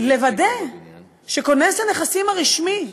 לוודא שכונס הנכסים הרשמי,